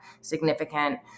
significant